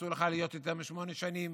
אסור לך להיות יותר משמונה שנים.